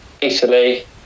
Italy